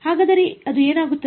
ಹಾಗಾದರೆ ಅದು ಏನಾಗುತ್ತದೆ